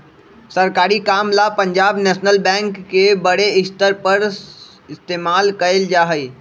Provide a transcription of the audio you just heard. सरकारी काम ला पंजाब नैशनल बैंक के बडे स्तर पर इस्तेमाल कइल जा हई